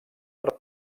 per